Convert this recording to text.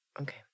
Okay